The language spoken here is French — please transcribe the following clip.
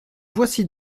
voici